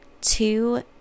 two